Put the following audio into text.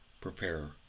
Prepare